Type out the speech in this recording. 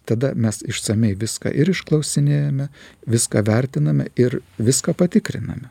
tada mes išsamiai viską ir išklausinėjame viską vertiname ir viską patikriname